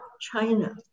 China